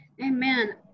Amen